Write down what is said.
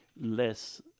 less